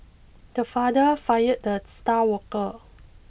the father fired the star worker